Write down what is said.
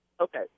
Okay